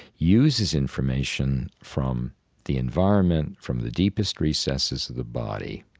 uses information from the environment, from the deepest recesses of the body,